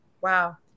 Wow